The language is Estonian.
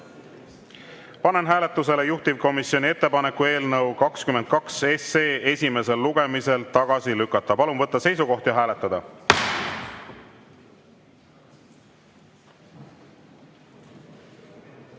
Panen hääletusele juhtivkomisjoni ettepaneku eelnõu 141 esimesel lugemisel tagasi lükata. Palun võtta seisukoht ja hääletada!